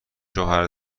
شوهر